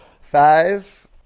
Five